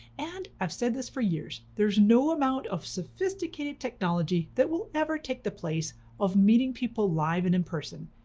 and i've said this for years, there's no amount of sophisticated technology that will ever take the place of meeting people live and in person.